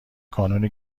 کانون